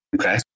Okay